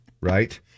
right